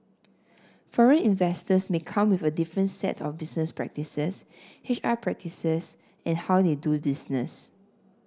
foreign investors may come with a different set of business practices H R practices and how they do business